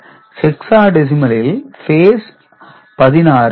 ஹெக்சாடெசிமலில் base 16